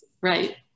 Right